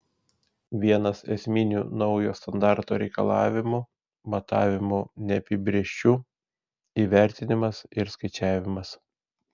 vienas esminių naujo standarto reikalavimų matavimų neapibrėžčių įvertinimas ir skaičiavimas